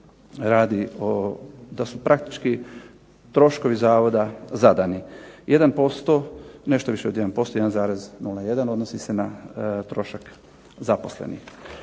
radi o, da su praktički troškovi Zavoda zadani. Jedan posto, nešto više od jedan posto, 1,01 odnosi se na trošak zaposlenih.